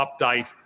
Update